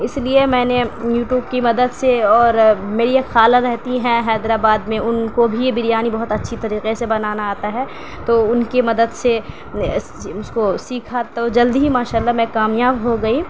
اس لیے میں نے یو ٹیوب کی مدد سے اور میری ایک خالہ رہتی ہیں حیدرآباد میں ان کو بھی یہ بریانی بہت اچھی طریقے سے بنانا آتا ہے تو ان کی مدد سے اس کو سیکھا تو جلد ہی ماشاء اللّہ میں کامیاب ہو گئی